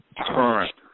current